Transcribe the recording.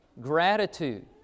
gratitude